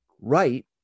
right